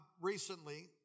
recently